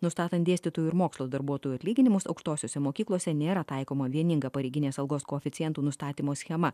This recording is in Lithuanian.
nustatant dėstytojų ir mokslo darbuotojų atlyginimus aukštosiose mokyklose nėra taikoma vieninga pareiginės algos koeficientų nustatymo schema